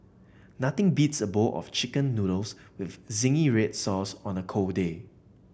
nothing beats a bowl of chicken noodles with zingy red sauce on a cold day